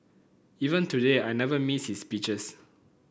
even today I never miss his speeches